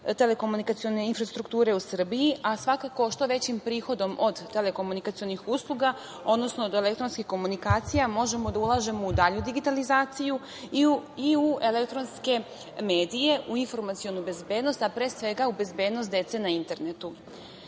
telekomunikacione infrastrukture u Srbiji, a svakako, što većim prihodom od telekomunikacionih usluga, odnosno od elektronskih komunikacija možemo da ulažemo u dalju digitalizaciju i u elektronske medije, u informacionu bezbednost, a pre svega u bezbednost dece na internetu. Zato